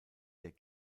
der